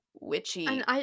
witchy